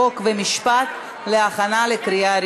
חוק ומשפט נתקבלה.